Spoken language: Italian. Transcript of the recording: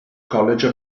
college